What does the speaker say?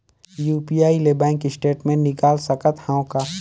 UPI ले bank statement निकाल सकत हवं का?